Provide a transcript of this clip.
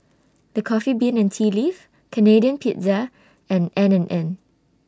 The Coffee Bean and Tea Leaf Canadian Pizza and N and N